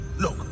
look